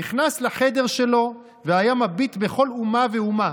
נכנס לחדר שלו והיה מביט בכל אומה ואומה,